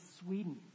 Sweden